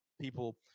people